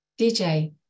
DJ